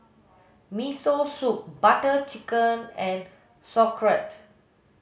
Miso Soup Butter Chicken and Sauerkraut